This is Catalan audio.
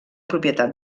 propietat